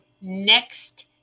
Next